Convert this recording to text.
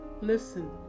listen